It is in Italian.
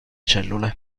cellule